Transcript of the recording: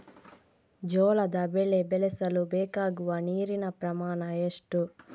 ಜೋಳದ ಬೆಳೆ ಬೆಳೆಸಲು ಬೇಕಾಗುವ ನೀರಿನ ಪ್ರಮಾಣ ಎಷ್ಟು?